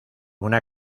una